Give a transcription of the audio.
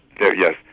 yes